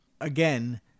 Again